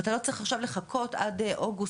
ואתה לא צריך עכשיו לחכות עד אוגוסט,